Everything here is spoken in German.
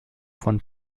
von